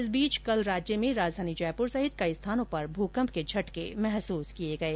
इस बीच कल राज्य में राजधानी जयपुर सहित कई स्थानों पर भूकंप के झटके महसूस किये गये